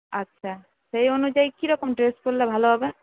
আচ্ছা সেই অনুযায়ী কী রকম ড্রেস পরলে ভালো হবে